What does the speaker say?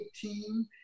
team